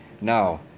Now